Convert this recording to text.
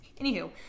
Anywho